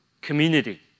community